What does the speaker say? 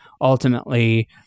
ultimately